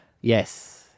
Yes